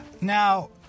Now